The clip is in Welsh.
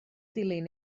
dilyn